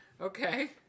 Okay